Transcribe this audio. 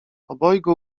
obojgu